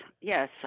yes